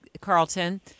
Carlton